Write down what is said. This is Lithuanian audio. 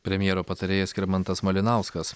premjero patarėjas skirmantas malinauskas